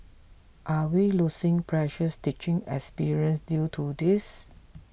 are we losing precious teaching experience due to this